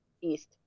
east